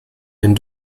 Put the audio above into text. den